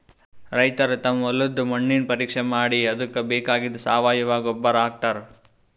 ರೈತರ್ ತಮ್ ಹೊಲದ್ದ್ ಮಣ್ಣಿನ್ ಪರೀಕ್ಷೆ ಮಾಡಿ ಅದಕ್ಕ್ ಬೇಕಾಗಿದ್ದ್ ಸಾವಯವ ಗೊಬ್ಬರ್ ಹಾಕ್ತಾರ್